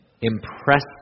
Impress